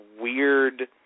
weird